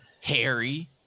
Harry